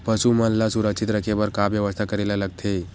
पशु मन ल सुरक्षित रखे बर का बेवस्था करेला लगथे?